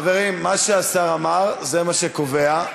הנמקה, חברים, מה שהשר אמר, זה מה שקובע.